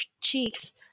cheeks